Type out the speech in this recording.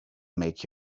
make